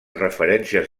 referències